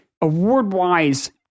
award-wise